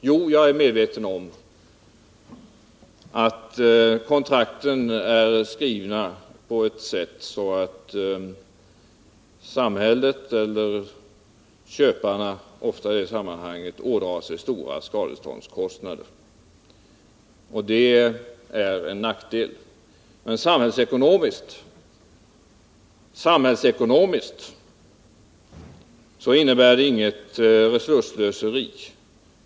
Jag är medveten om att kontrakten är skrivna på ett sådant sätt att samhället eller de privata köparna, som det ofta är fråga om i det sammanhanget, ådrar sig stora skadeståndskostnader. Det är en nackdel. Men samhällsekonomiskt innebär det inget resursslöseri.